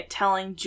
telling